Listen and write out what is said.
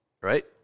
right